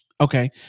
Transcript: Okay